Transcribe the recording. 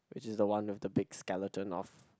which is the one of the big skeleton of